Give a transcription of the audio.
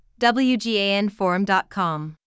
WGANForum.com